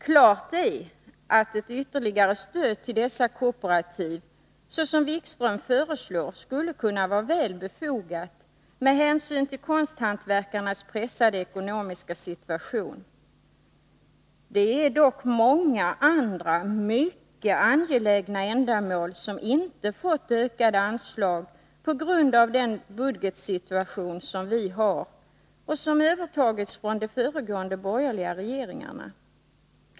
Klart är att ytterligare stöd till dessa kooperativ, så som herr Wikström föreslår, skulle kunna vara väl befogat med hänsyn till konsthantverkarnas pressade ekonomiska situation. Det är dock många andra mycket angelägna ändamål som inte fått ökade anslag på grund av den budgetsituation som vi har och som övertagits från de föregående borgerliga regeringarna.